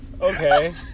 Okay